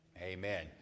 Amen